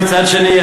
מצד שני,